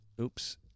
Oops